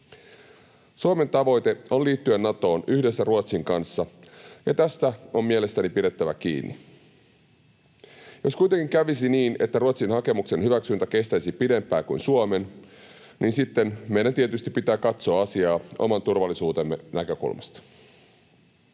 Suomen tavoite on liittyä Natoon yhdessä Ruotsin kanssa, ja tästä on mielestäni pidettävä kiinni. Jos kuitenkin kävisi niin, että Ruotsin hakemuksen hyväksyntä kestäisi pidempään kuin Suomen, meidän tietysti pitää katsoa asiaa oman turvallisuutemme näkökulmasta.